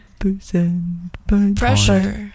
pressure